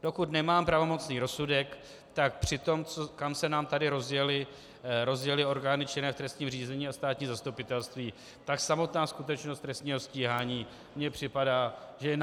Pokud nemám pravomocný rozsudek, tak při tom, kam se nám tady rozjely orgány činné v trestním řízení a státní zastupitelství, tak samotná skutečnost trestního stíhání mně připadá, že je